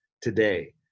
today